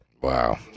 Wow